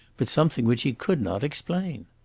but something which he could not explain.